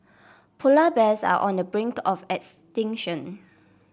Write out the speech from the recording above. polar bears are on the brink of extinction